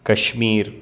Kashmir